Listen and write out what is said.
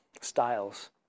styles